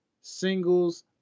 singles